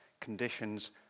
conditions